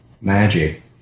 magic